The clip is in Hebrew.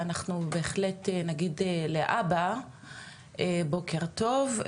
ואנחנו בהחלט נגיד לא.ב.א בוקר טוב,